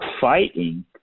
fighting